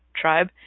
tribe